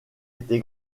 été